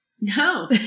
No